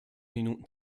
minuten